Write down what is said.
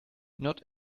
not